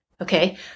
Okay